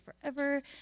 forever